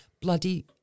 bloody